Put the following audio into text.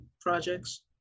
projects